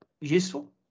useful